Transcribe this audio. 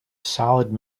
solid